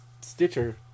Stitcher